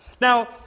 Now